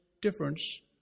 difference